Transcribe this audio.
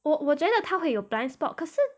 我我觉得他会有 blind spot 可是